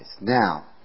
Now